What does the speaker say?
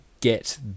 get